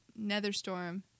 Netherstorm